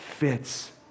fits